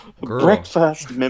Breakfast